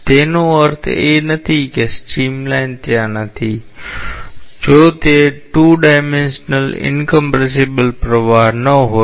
તેનો અર્થ એ નથી કે સ્ટ્રીમલાઇન ત્યાં નથી જો તે 2 ડાયમેન્શ્યલ ઈંકમ્પ્રેસિબલ પ્રવાહ ન હોય